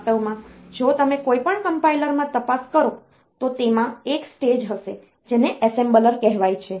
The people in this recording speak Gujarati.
વાસ્તવમાં જો તમે કોઈપણ કમ્પાઈલરમાં તપાસ કરો તો તેમાં એક સ્ટેજ હશે જેને એસેમ્બલર કહેવાય છે